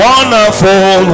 Wonderful